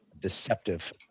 deceptive